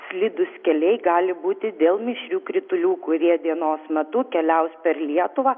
slidūs keliai gali būti dėl mišrių kritulių kurie dienos metu keliaus per lietuvą